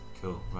cool